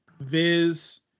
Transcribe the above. Viz